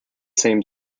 same